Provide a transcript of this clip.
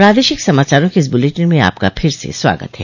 प्रादेशिक समाचारों के इस बुलेटिन में आपका फिर से स्वागत है